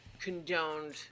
condoned